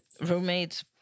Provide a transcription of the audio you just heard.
roommates